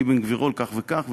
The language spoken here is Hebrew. אבן-גבירול כך וכך,